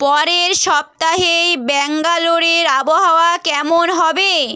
পরের সপ্তাহে ব্যাঙ্গালোরের আবহাওয়া কেমন হবে